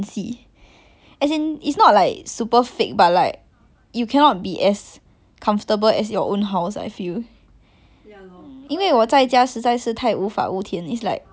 因为我在家实在是太无法无天 is like legit just do whatever I want it's not possible [what] like if I go someone else house and just like we're over here nua it's like cannot [one]